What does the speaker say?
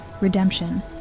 redemption